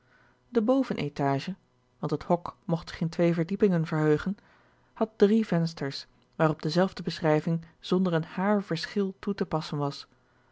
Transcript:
verdiepingen verheugen had drie vensters waarop dezelfde beschrijving zonder een haar verschil toe te passen was